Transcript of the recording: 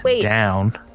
down